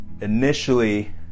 Initially